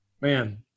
Man